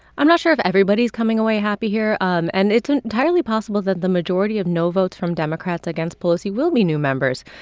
i'm not sure if everybody's coming away happy here. um and it's entirely possible that the majority of no votes from democrats against pelosi will be new members.